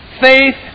faith